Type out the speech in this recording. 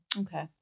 Okay